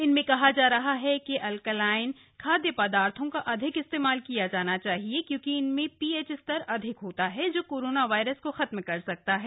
इनमें कहा जा रहा है कि अल्कालाईन खादय पदार्थों का अधिक इस्तेमाल किया जाना चाहिए क्योंकि इनमें पीएच स्तर अधिक होता है जो कोरोना वायरस को खत्म कर सकता है